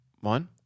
One